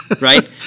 Right